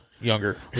younger